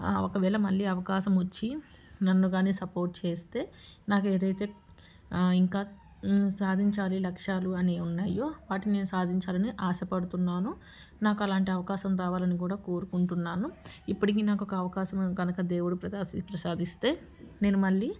ఒకవేళ మళ్ళీ అవకాశం వచ్చి నన్ను గానీ సపోర్ట్ చేస్తే నాకు ఏదైతే ఇంకా సాధించాలి లక్ష్యాలు అని ఉన్నాయో వాటిని నేను సాధించాలని ఆశపడుతున్నాను నాకు అలాంటి అవకాశం రావాలని కూడా కోరుకుంటున్నాను ఇప్పటికీ నాకొక అవకాశం కనుక దేవుడు ప్రా ప్రసాదిస్తే నేను మళ్ళీ